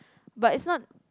but it's not